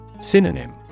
Synonym